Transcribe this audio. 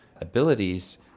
abilities